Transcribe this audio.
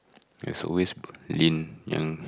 there's always Lin and